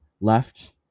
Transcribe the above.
left